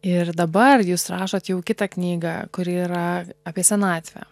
ir dabar jūs rašot jau kitą knygą kuri yra apie senatvę